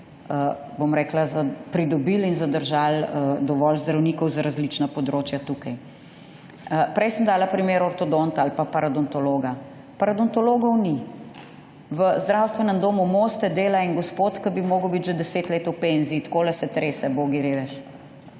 bom rekla, pridobili in zadržali dovolj zdravnikov za različna področja tukaj. Prej sem dala primer ortodonta ali pa paradontologa. Paradontologov ni. V Zdravstvenem domu Moste dela en gospod, ki bi mogel biti že 10 let v penziji. /pokaže zboru/ Takole se trese, bogi revež.